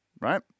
right